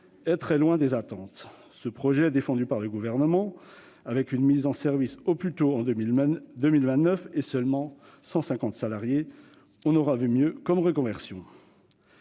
est très loin des attentes. Ce projet, défendu par le Gouvernement, verrait une mise en service au plus tôt en 2029 avec seulement 150 emplois créés : on aura vu mieux comme reconversion